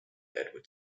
edward